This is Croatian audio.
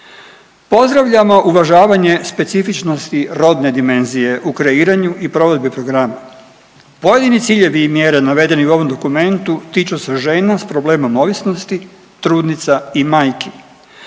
Pozdravljamo uvažavanje specifičnosti rodne dimenzije u kreiranju i provedbi programa. Pojedini ciljevi i mjere navedeni u ovom dokumentu tiču se žena sa problemom ovisnosti, trudnica i majki.